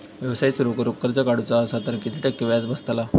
व्यवसाय सुरु करूक कर्ज काढूचा असा तर किती टक्के व्याज बसतला?